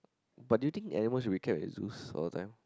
but do you think animals should be kept in zoos all the time